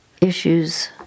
issues